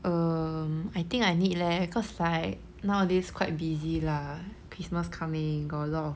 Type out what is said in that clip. um I think I need leh cause like nowadays quite busy lah christmas coming got a lot of